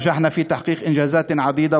עניינים חשובים,